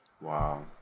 Wow